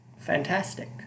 fantastic